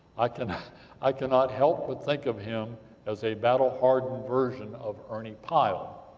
i cannot i cannot help but think of him as a battle-hardened, version of ernie pyle,